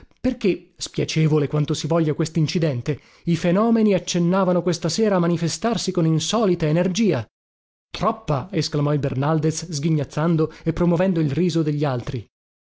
perché spiacevole quanto si voglia questincidente i fenomeni accennavano questa sera a manifestarsi con insolita energia troppa esclamò il bernaldez sghignazzando e promovendo il riso degli altri